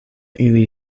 ili